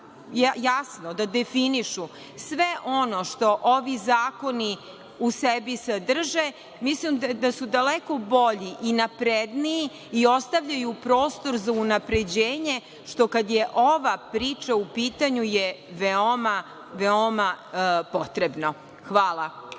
jasno da definišu sve ono što ovi zakoni u sebi sadrže, mislim da su daleko bolji i napredniji i ostavljaju prostor za unapređenje, što kada je ova priča u pitanju je veoma, veoma potrebno. Hvala.